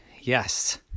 Yes